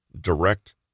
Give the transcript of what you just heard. direct